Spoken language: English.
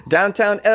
Downtown